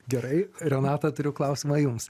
gerai renata turiu klausimą jums